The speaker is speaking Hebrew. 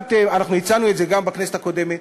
הצענו את זה גם בכנסת הקודמת,